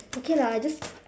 okay lah I just